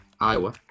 Iowa